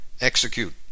execute